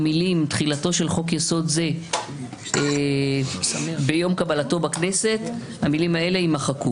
המילים: "תחילתו של חוק-יסוד זה ביום קבלתו בכנסת" יימחקו.